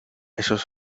esos